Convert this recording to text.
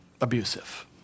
abusive